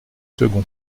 second